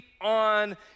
on